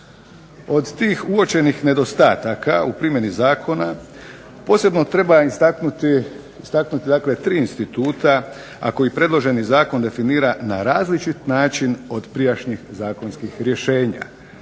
Od tih uočenih nedostataka u primjeni zakona posebno treba istaknuti, dakle tri instituta a koji predloženi zakon definira na različit način od prijašnjih zakonskih rješenja.